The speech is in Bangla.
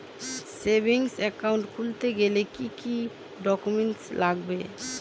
সেভিংস একাউন্ট খুলতে গেলে কি কি ডকুমেন্টস লাগবে?